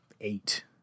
eight